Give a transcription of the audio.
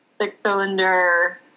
six-cylinder